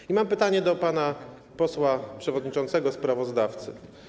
I mam pytanie do pana posła przewodniczącego, sprawozdawcy.